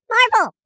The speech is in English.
Marvel